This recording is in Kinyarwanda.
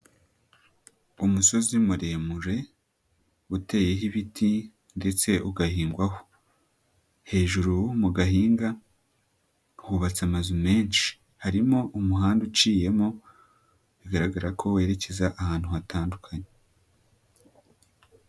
Umusozi muremure uteyeho ibiti ndetse ugahingwaho, hejuru mu gahinga hubatse amazu menshi, harimo umuhanda uciyemo bigaragara ko werekeza ahantu hatandukanye.